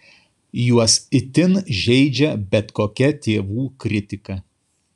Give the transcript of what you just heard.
juos itin žeidžia bet kokia tėvų kritika